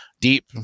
deep